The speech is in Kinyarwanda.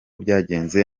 byagenze